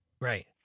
Right